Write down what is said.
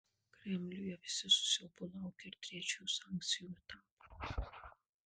kremliuje visi su siaubu laukia ir trečiojo sankcijų etapo